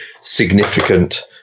significant